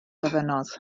gofynnodd